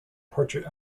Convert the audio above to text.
portrait